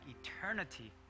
eternity